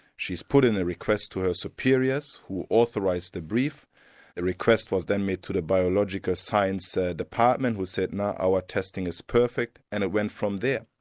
she's put in a request to her superiors who authorised the brief the request was then made to the biological science department who said, no, our testing is perfect', and it went from there.